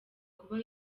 kuba